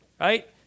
Right